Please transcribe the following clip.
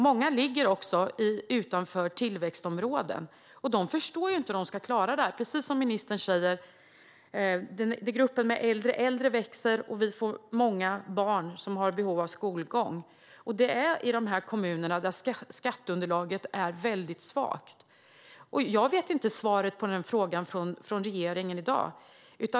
Många kommuner ligger utanför tillväxtområden, och de förstår inte hur de ska klara, som ministern säger, att gruppen med äldre äldre växer och att vi får många barn med behov av skolgång. Och detta är kommuner där skatteunderlaget är väldigt svagt. Jag vet inte vad svaret på frågan är från regeringen i dag.